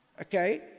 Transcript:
Okay